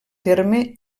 terme